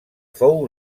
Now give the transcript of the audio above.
fou